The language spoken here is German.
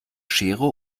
schere